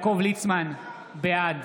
בעד